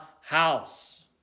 house